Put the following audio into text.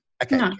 Okay